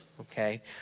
Okay